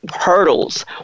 hurdles